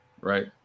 Right